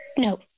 No